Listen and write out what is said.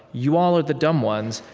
you all are the dumb ones.